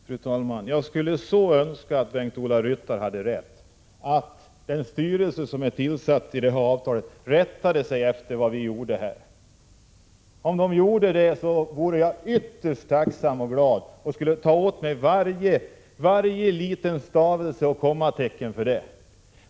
Fru talman! Jag skulle verkligen önska att Bengt-Ola Ryttar hade rätt i att den styrelse som är tillsatt i det här avtalet rättade sig efter vad vi gör här. Om den gjorde det vore jag ytterst tacksam och glad och skulle ta åt mig varje stavelse och varje litet kommatecken.